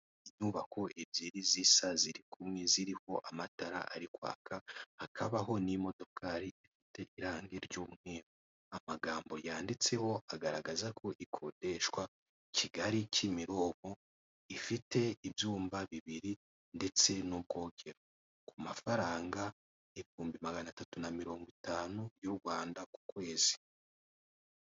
Inyubako ebyiri z'isa ziri kumwe ziriho amatara ari kwaka hakabaho n'imodokari ifite irangi ry'umweru, amagambo yanditseho agaragaza ko ikodeshwa Kigali Kimironko ifite ibyumba bibiri ndetse n'ubwogero ku mafaranga ibihumbi maganatatu na mirongo itanu y'u Rwanda ku kwezi.